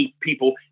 people